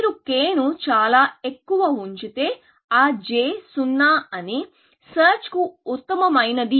మీరు k ను చాలా ఎక్కువ ఉంచితే ఆ j 0 అని సెర్చ్ కు ఉత్తమమైనది